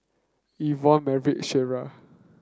Yvonne Maverick Shreya